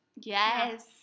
Yes